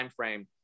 timeframe